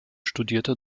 studierte